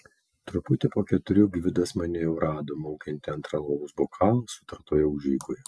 truputį po keturių gvidas mane jau rado maukiantį antrą alaus bokalą sutartoje užeigoje